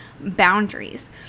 boundaries